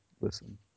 listen